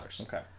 Okay